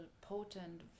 potent